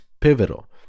pivotal